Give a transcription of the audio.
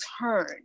turn